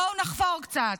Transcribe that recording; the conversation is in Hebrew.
בואו נחפור קצת.